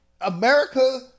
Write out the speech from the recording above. America